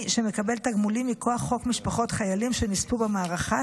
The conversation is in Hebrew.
שמקבל תגמולים מכוח חוק משפחות חיילים שנספו במערכה,